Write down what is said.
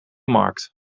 markt